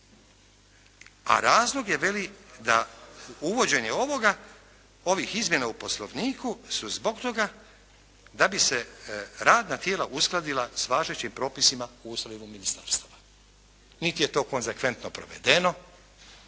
a razlog je veli da uvođenje ovoga, ovih izmjena u Poslovniku su zbog toga da bi se radna tijela uskladila s važećim propisima ustrojem ministarstava. Niti je to konzekventno provedeno